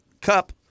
cup